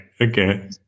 Okay